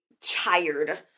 tired